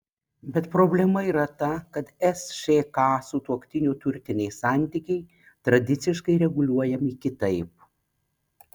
bet problema yra ta kad sšk sutuoktinių turtiniai santykiai tradiciškai reguliuojami kitaip